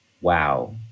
wow